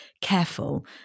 careful